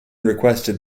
requested